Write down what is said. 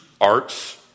arts